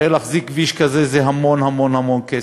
הרי להחזיק כביש כזה זה המון המון המון כסף,